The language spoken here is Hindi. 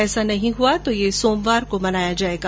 ऐसा नहीं हुआ तो यह सोमवार को मनाया जायेगा